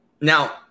Now